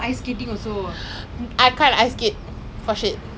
eh the four wheel roller blade is like